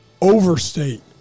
overstate